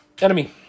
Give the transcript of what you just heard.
Enemy